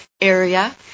area